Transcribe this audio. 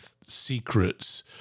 secrets